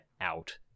out